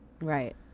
Right